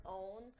own